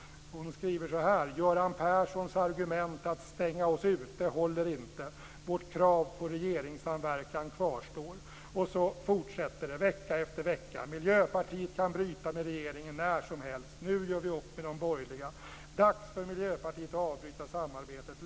Hon skriver så här: "Göran Perssons argument att stänga oss ute håller inte. Vårt krav på regeringssamverkan kvarstår." Så fortsätter det vecka efter vecka: "Miljöpartiet kan bryta med regeringen när som helst." "Nu gör vi upp med de borgerliga." "Dags för Miljöpartiet att avbryta samarbetet."